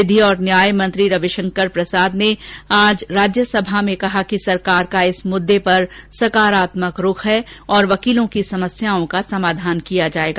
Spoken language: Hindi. विधि और न्याय मंत्री रविशंकर प्रसाद ने आज राज्यसभा में कहा कि सरकार का इस मुद्दे पर सकारात्मक रूख है और वकीलों की समस्याओं का समाधान किया जाएगा